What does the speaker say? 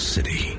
City